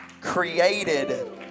created